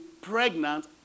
pregnant